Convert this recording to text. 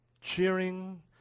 cheering